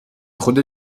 خودت